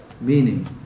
Meaning